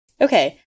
Okay